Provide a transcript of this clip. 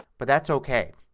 but that's okay.